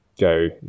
go